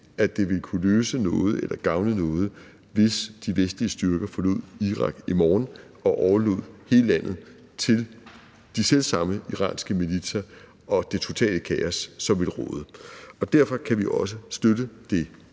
at det ville kunne løse noget eller gavne noget, hvis de vestlige styrker forlod Irak i morgen og overlod hele landet til de selv samme iranske militser under det totale kaos, som ville råde. Derfor kan vi også støtte det